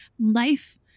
life